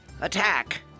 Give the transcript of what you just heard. attack